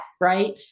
right